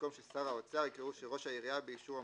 במקום "ששר האוצר" יקראו "שראש העירייה באשור המועצה",